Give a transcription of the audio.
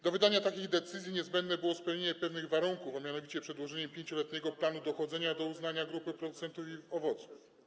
Do wydania takich decyzji niezbędne było spełnienie pewnych warunków, mianowicie przedłożenie 5-letniego planu dochodzenia do uznania członkostwa w grupie producentów i owoców.